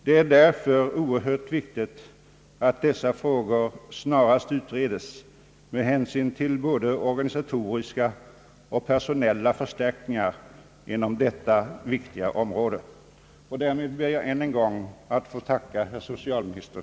Det är därför oerhört viktigt att dessa frågor snarast utredes och att det blir både organisatoriska och personella förstärkningar inom detta viktiga område. Därmed ber jag än en gång att få tacka herr socialministern.